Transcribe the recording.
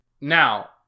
Now